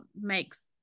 makes